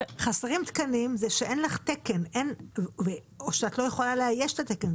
חסרים תקנים זה שאין לך תקן ויש שאת לא יכולה לאייש את התקן.